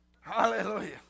Hallelujah